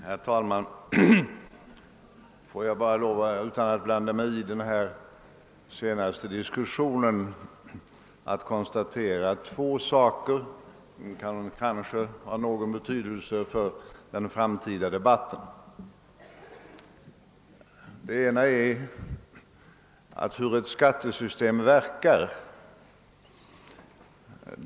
Herr talman! Får jag bara utan att blanda mig in i den senaste diskussionen konstatera två saker. Kanske har de någon betydelse för den framtida debatten. Den ena gäller hur ett skattesystem verkar.